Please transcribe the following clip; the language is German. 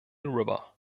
river